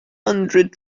hundred